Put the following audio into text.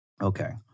Okay